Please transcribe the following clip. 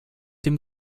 dem